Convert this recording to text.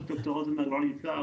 ד"ר רוזנברג לא נמצא,